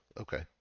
Okay